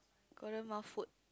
Golden Mile food